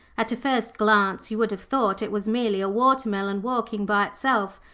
at a first glance you would have thought it was merely a watermelon walking by itself,